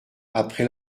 après